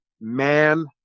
man